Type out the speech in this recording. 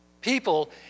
people